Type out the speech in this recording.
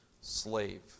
slave